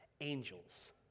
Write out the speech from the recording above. angels